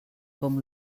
com